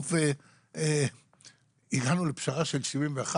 בסוף הגענו לפשרה של 71,